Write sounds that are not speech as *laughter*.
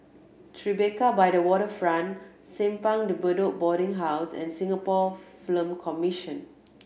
Tribeca by the Waterfront Simpang De Bedok Boarding House and Singapore *unintelligible* Commission